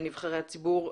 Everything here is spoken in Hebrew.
נבחרי הציבור,